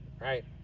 right